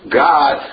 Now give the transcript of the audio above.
God